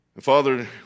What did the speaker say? Father